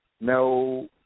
no